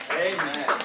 Amen